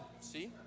see